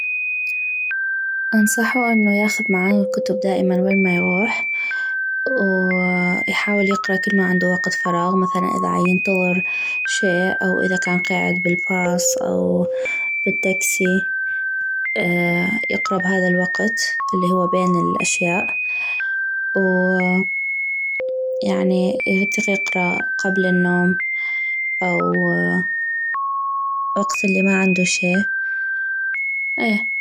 انصحو انو ياخذ معانو الكتب دائما وين ما يغوح ويحاول يقرا كل ما عندو وقت فراغ مثلا اذا عينتظر شي او اذا كان قيعد بالباص او بالتكسي يقرا بهذا الوقت الي هو بين الاشياء ويعني يطيق يقرا قبل النوم او وقت الي ما عندو شي اي